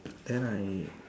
than I